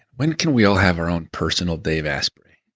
when can we all have our own personal dave asprey?